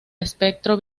espectro